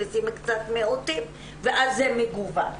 מכניסים קצת מיעוטים ואז זה מגוון.